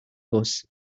bus